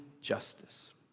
justice